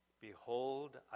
behold